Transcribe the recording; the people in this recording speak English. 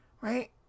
Right